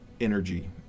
energy